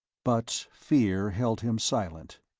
but fear held him silent.